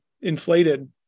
inflated